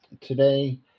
today